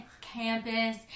campus